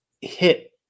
hit